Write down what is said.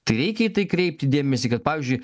tai reikia į tai kreipti dėmesį kad pavyzdžiui